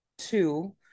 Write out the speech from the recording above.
Two